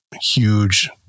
huge